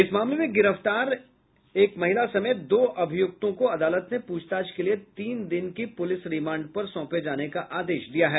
इस मामले में गिरफ्तार एक महिला समेत दो अभियुक्तों को अदालत ने पूछताछ के लिए तीन दिन के पूलिस रिमांड पर सौंपे जाने का आदेश दिया है